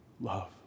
Love